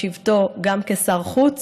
בשבתו גם כשר חוץ.